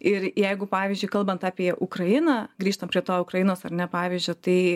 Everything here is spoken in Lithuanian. ir jeigu pavyzdžiui kalbant apie ukrainą grįžtam prie to ukrainos ar ne pavyzdžio tai